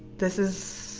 this is,